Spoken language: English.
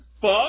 fuck